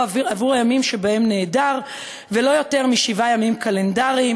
עבור הימים שבהם נעדר ולא יותר משבעה ימים קלנדריים,